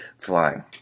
flying